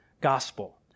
gospel